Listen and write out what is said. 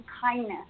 kindness